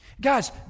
Guys